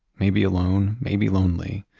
maybe alone, maybe lonely,